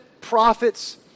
prophets